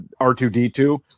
R2D2